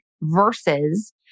versus